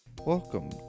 Welcome